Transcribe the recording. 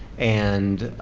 and